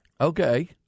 Okay